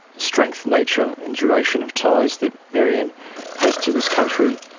strength, nature and duration of ties that maryanne has to this country,